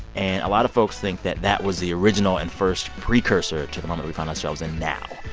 and a lot of folks think that that was the original and first precursor to the moment we find ourselves in now.